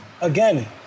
again